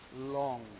long